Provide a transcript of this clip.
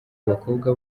abakobwa